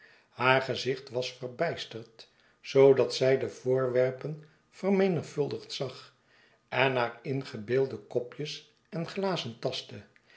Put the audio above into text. haar gezicht was verbijsterd zoodat zii de voorwerpen vermenigvuldigd zag en naar ingebeelde kopjes en glazen tastte